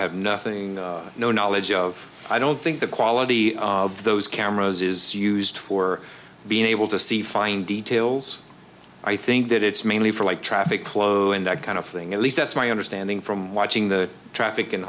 have nothing no knowledge of i don't think the quality of those cameras is used for being able to see fine details i think that it's mainly for light traffic closing that kind of thing at least that's my understanding from watching the traffic in